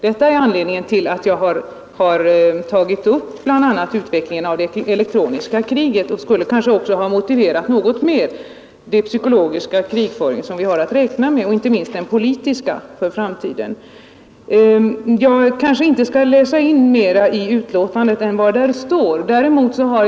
Detta är anledningen till att jag har tagit upp bl.a. utvecklingen av det elektroniska kriget. Jag kanske något mer skulle ha motiverat den psykologiska krigföring vi har att räkna med för framtiden och då inte minst den politiska krigföringen. Jag kanske inte skall läsa in mera i utlåtandet än vad där står, säger utskottets ordförande.